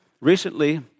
recently